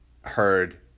heard